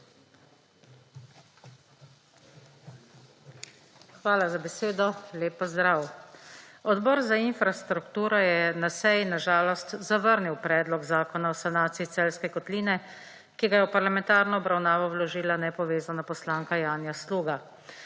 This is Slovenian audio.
Hvala za besedo. Lep pozdrav! Odbor za infrastrukturo je na seji na žalost zavrnil predlog zakona o sanaciji Celjske kotline, ki ga je v parlamentarno obravnavo vložila nepovezana poslanka Janja Sluga.